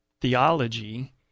theology